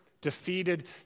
defeated